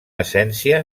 essència